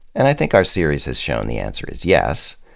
and i think our series has shown the answer is yes,